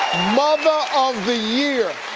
mother of the year!